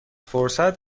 فرصت